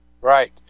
Right